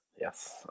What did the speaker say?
Yes